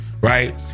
right